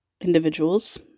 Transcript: individuals